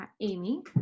Amy